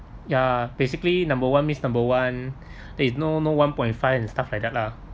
ya basically number one means number one there is no no one point five and stuff like that lah